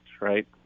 right